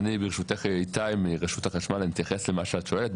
אני איתי מרשות החשמל אתייחס למה שאת שואלת.